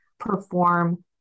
perform